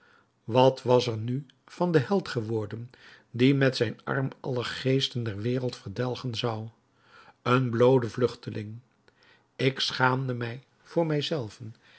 wat was er nu van den held geworden die met zijn arm alle geesten der wereld verdelgen zou een bloode vlugteling ik schaamde mij voor mij